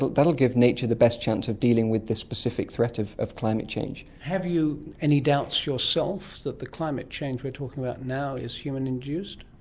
but that will give nature the best chance of dealing with the specific threat of of climate change have you any doubts yourself that the climate change we're talking about now is human-induced?